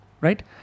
right